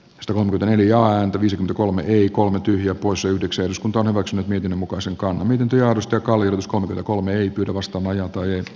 aston v neljä ääntä viisi kolme ii kolme tyhjää poissa yhdeksän eduskunta on omaksunut miten muka silkkaa miten työllistä kaljus on kolme ehdokasta maajoukkojen